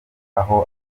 aho